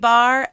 Bar